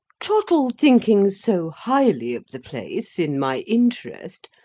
trottle thinking so highly of the place, in my interest,